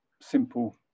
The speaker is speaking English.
simple